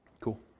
Cool